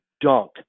dunk